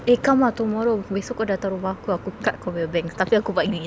eh come ah tomorrow besok kau datang rumah aku aku cut kau punya bangs tapi aku buat gini